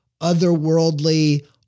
otherworldly